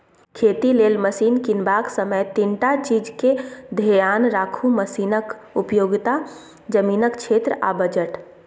खेती लेल मशीन कीनबाक समय तीनटा चीजकेँ धेआन राखु मशीनक उपयोगिता, जमीनक क्षेत्र आ बजट